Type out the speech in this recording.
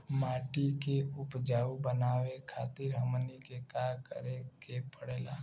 माटी के उपजाऊ बनावे खातिर हमनी के का करें के पढ़ेला?